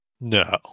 No